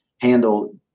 handle